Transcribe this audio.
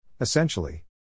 Essentially